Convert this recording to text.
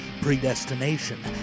Predestination